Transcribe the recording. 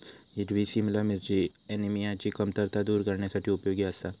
हिरवी सिमला मिरची ऍनिमियाची कमतरता दूर करण्यासाठी उपयोगी आसा